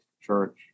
church